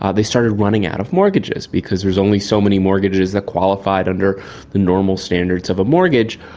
ah they started running out of mortgages because there's only so many mortgages that qualified under the normal standards of a mortgage,